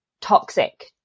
toxic